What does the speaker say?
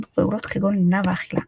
בחמת טבריה,